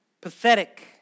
pathetic